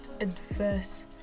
adverse